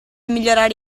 migliorare